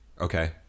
Okay